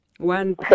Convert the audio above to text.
One